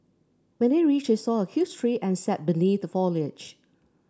when they reached they saw a huge tree and sat beneath the foliage